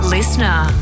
Listener